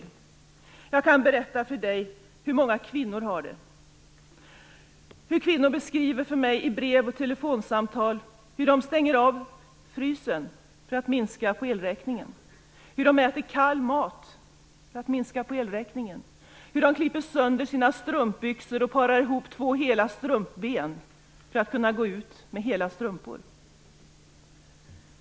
Jag kan berätta för Per Unckel hur många kvinnor har det, hur kvinnor beskriver för mig i brev och telefonsamtal hur de stänger av frysen för att minska på elräkningen, hur de äter kall mat för att minska på elräkningen och hur de klipper sönder sina strumpbyxor och parar ihop två hela strumpben för att kunna gå ut med hela strumpor.